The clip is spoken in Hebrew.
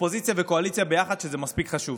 אופוזיציה וקואליציה ביחד, כשזה מספיק חשוב.